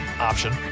option